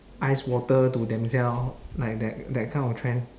ice water to themselves like that that kind of trend